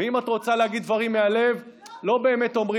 אבל לא ביטלו את הישיבה.